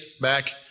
back